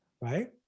right